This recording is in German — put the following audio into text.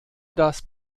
das